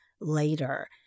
later